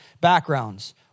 backgrounds